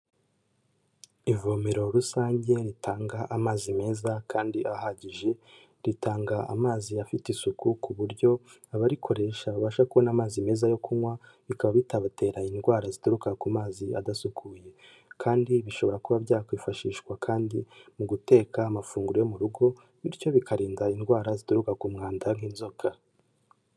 Ivomero rusange ritanga amazi meza kandi ahagije, ritanga amazi afite isuku ku buryo abarikoresha babasha kubona amazi meza yo kunywa bikaba bitabatera indwara zituruka ku mazi adasukuye. Kandi bishobora kuba byakwifashishwa kandi mu guteka amafunguro yo mu rugo, bityo bikarinda indwara zituruka ku mwanda nk'inzoka.